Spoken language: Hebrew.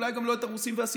אולי גם לא את הרוסים והסינים.